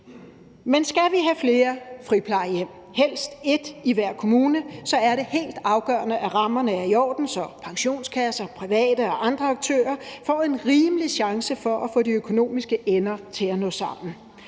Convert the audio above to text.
Men skal vi have flere friplejehjem, helst et i hver kommune, så er det helt afgørende, at rammerne er i orden, så pensionskasser, private og andre aktører får en rimelig chance for at få de økonomiske ender til at nå sammen.